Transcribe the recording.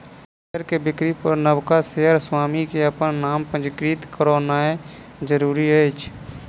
share के बिक्री पर नबका शेयर स्वामी के अपन नाम पंजीकृत करौनाइ जरूरी अछि